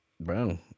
bro